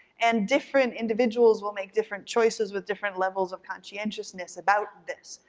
and different individuals will make different choices with different levels of conscientiousness about this,